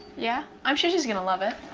yeah, i'm sure she's gonna love it.